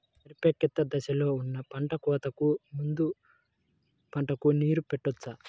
పరిపక్వత దశలో ఉన్న పంట కోతకు ముందు పంటకు నీరు పెట్టవచ్చా?